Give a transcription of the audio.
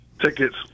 tickets